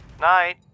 Night